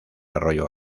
arroyo